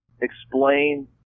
explain